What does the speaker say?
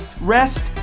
rest